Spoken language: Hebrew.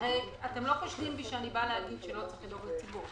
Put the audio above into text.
הרי אתם לא חושדים בי שאני באה להגיד שלא צריך לדאוג לציבור,